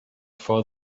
for